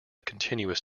continuous